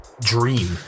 dream